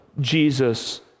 Jesus